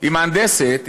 היא מהנדסת,